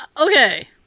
Okay